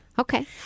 Okay